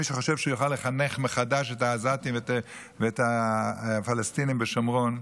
מי שחושב שהוא יוכל לחנך מחדש את העזתים ואת הפלסטינים בשומרון,